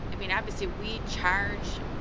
i mean obviously we charge